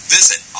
Visit